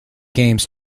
games